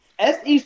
SEC